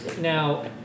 Now